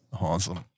Awesome